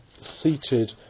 seated